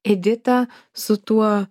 edita su tuo